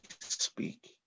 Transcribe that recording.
speak